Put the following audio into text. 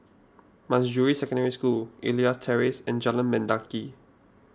Manjusri Secondary School Elias Terrace and Jalan Mendaki